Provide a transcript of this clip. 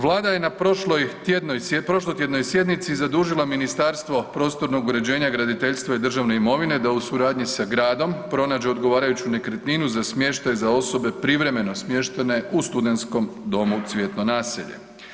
Vlada je na prošloj tjednoj, prošlotjednoj sjednici zadužila Ministarstvo prostornog uređenja i graditeljstva i državne imovine da u suradnji sa gradom pronađe odgovarajuću nekretninu za smještaj za osobe privremeno smještene u Studentskom domu Cvjetno naselje.